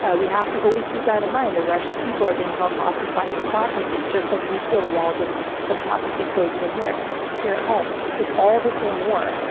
ah we have to always keep that in mind. the russian people are being held hostage by kleptocracy just like we feel the walls of kleptocracy closing in here, here at home it's all the same war.